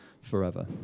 forever